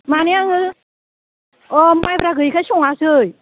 माने आङो अ माइब्रा गैयिखाय सङासै